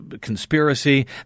conspiracy